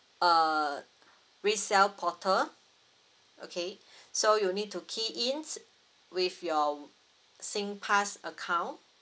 uh resell portal okay so you need to key in with your singpass account